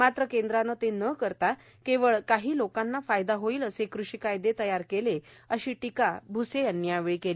मात्र केंद्राने ते न करता केवळ काही लोकांना फायदा होईल असे कृषी कायदे तयार केलेय अशी टीका भ्से यांनी केली